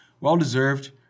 well-deserved